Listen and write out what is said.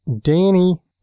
Danny